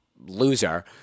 loser